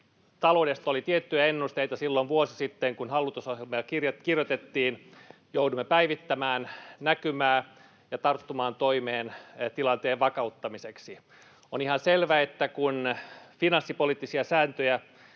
Taloudesta oli tiettyjä ennusteita silloin vuosi sitten, kun hallitusohjelmaa jo kirjoitettiin. Jouduimme päivittämään näkymää ja tarttumaan toimeen tilanteen vakauttamiseksi. On ihan selvä, että kun finanssipoliittisia sääntöjä